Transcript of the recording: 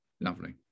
Lovely